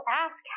ask